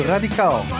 Radical